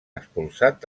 expulsats